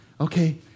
Okay